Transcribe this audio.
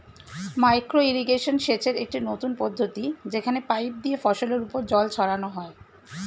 micro irrigation সেচের একটি নতুন পদ্ধতি যেখানে পাইপ দিয়ে ফসলের উপর জল ছড়ানো হয়